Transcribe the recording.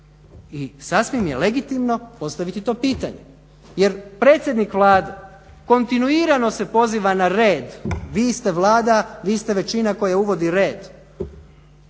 I sasvim je legitimno postaviti to pitanje jer predsjednik Vlade kontinuirano se poziva na red. Vi ste Vlada, vi ste većina koja uvodi red.